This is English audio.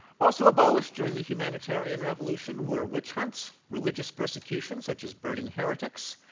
also abolished during the humanitarian revolution were witch hunts, religious persecution such as burning heretics,